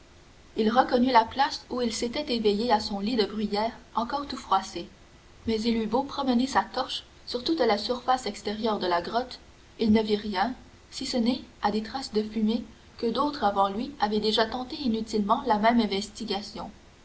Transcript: il reconnut la place où il s'était réveillé à son lit de bruyères encore tout froissé mais il eut beau promener sa torche sur toute la surface extérieure de la grotte il ne vit rien si ce n'est à des traces de fumée que d'autres avant lui avaient déjà tenté inutilement la même investigation